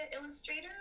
illustrator